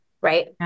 right